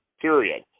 period